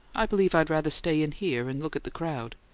i believe i'd rather stay in here and look at the crowd.